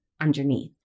underneath